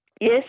Yes